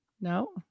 No